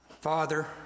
Father